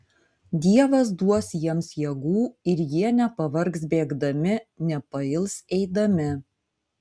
dievas duos jiems jėgų ir jie nepavargs bėgdami nepails eidami